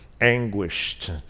anguished